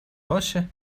باشه